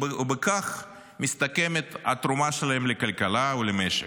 ובכך מסתכמת התרומה שלהם לכלכלה ולמשק.